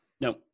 No